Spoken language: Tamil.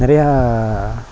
நிறையா